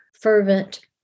fervent